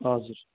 हजुर